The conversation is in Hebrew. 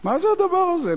מה זה הדבר הזה?